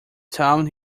town